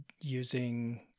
using